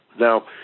Now